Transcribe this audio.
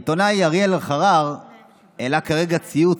העיתונאי אריאל אלחרר העלה כרגע ציוץ: